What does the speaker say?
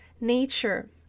nature